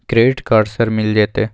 Credit card sir मिल जेतै?